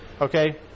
Okay